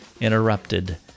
interrupted